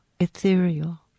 ethereal